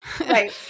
Right